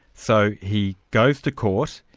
so he goes to court.